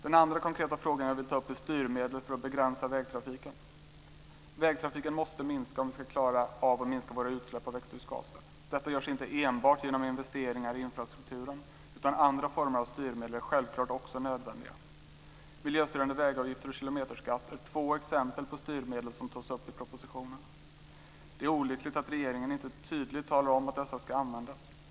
Den andra konkreta fråga jag vill ta upp är styrmedel för att begränsa vägtrafiken. Vägtrafiken måste minska om vi ska klara av att minska våra utsläpp av växthusgaser. Detta görs inte enbart genom investeringar i infrastrukturen, utan andra former av styrmedel är självklart också nödvändiga. Miljöstyrande vägavgifter och kilometerskatt är två exempel på styrmedel som tas upp i propositionen. Det är olyckligt att regeringen inte tydligt talar om att dessa ska användas.